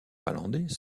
finlandais